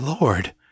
Lord